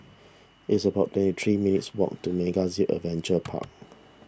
it's about twenty three minutes walk to MegaZip Adventure Park